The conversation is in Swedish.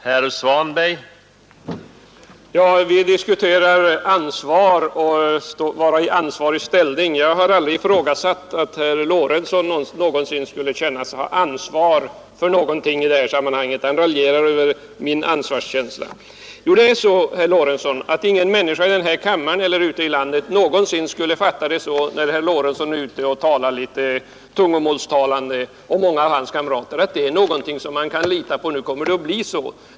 Herr talman! Vi diskuterar ansvar och att vara i ansvarig ställning. Jag har aldrig ifrågasatt att herr Lorentzon skulle känna sig ha ansvar för någonting i detta sammanhang. Han raljerar över min ansvarskänsla. Ingen människa i den här kammaren eller ute i landet skulle någonsin uppfatta herr Lorentzons och många av hans partikamraters tungomålstalande som något att lita på.